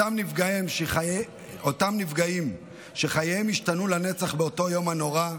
אותם נפגעים, שחייהם השתנו לנצח באותו יום נורא,